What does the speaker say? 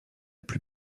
plus